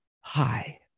hi